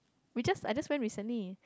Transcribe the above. we just I just went recently